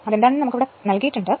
അത് നമുക്ക് ഇവിടെ നൽകിയിട്ടുണ്ട്